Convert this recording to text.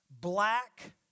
black